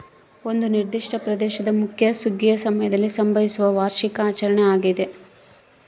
ಒಂದು ನಿರ್ದಿಷ್ಟ ಪ್ರದೇಶದ ಮುಖ್ಯ ಸುಗ್ಗಿಯ ಸಮಯದಲ್ಲಿ ಸಂಭವಿಸುವ ವಾರ್ಷಿಕ ಆಚರಣೆ ಆಗ್ಯಾದ